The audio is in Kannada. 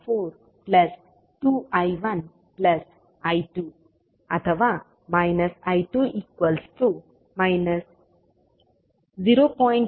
0V0 042I1I2 ಅಥವಾ I20